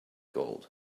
gold